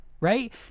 right